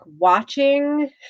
watching